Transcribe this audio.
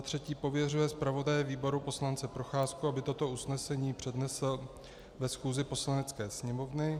III. pověřuje zpravodaje výboru poslance Procházku, aby toto usnesení přednesl ve schůzi Poslanecké sněmovny;